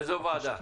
איזו ועדה?